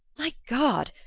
my god!